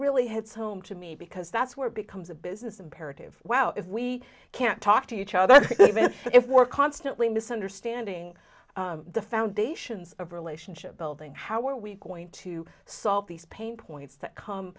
really hits home to me because that's where it becomes a business imperative well if we can't talk to each other even if we're constantly misunderstanding the foundations of relationship building how are we going to solve these pain points that come